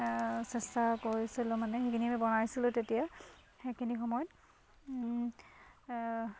চেষ্টা কৰিছিলোঁ মানে সেইখিনি আমি বনাইছিলোঁ তেতিয়া সেইখিনি সময়ত